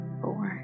four